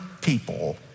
people